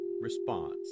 response